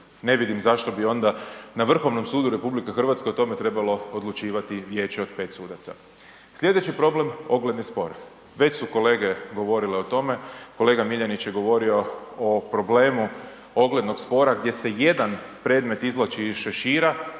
Ne vidim zašto bi onda na Vrhovnom sudu RH o tome trebalo odlučivati vijeće od 5 sudaca. Sljedeći problem ogledni spor. Već su kolege govorile o tome, kolega Miljanić je govorio o problemu oglednog spora, gdje se jedan predmet izvlači iz šešira,